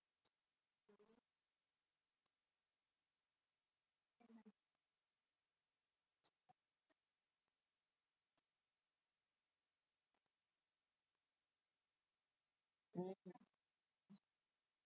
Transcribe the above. mm